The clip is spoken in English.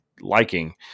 liking